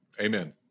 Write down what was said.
Amen